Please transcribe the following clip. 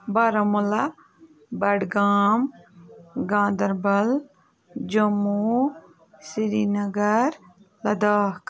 Baramulla Budgam Ganderbal Jammu Srinagar Ladakh